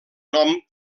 nom